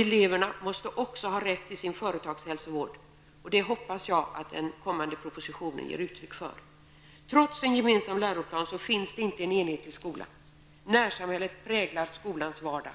Eleverna måste också ha rätt till sin ''företagshälsovård'', vilket jag hoppas att den kommande propositionen ger uttryck för. Trots en gemensam läroplan finns det inte en enhetlig skola. Närsamhället präglar skolans vardag.